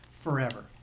forever